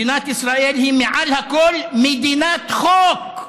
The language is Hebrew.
מדינת ישראל היא מעל הכול מדינת חוק,